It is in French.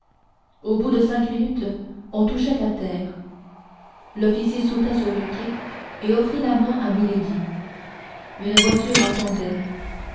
au bout de cinq minutes on touchait à terre l'officier sauta sur le quai et offrit la main à milady une voiture attendait